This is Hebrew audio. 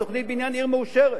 תוכנית בניין עיר מאושרת.